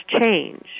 change